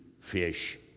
fish